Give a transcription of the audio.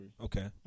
Okay